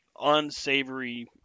unsavory